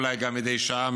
אולי גם מדי שעה,